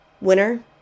Winner